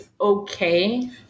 okay